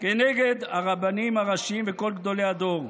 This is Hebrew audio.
כנגד הרבנים הראשיים וכל גדולי הדור.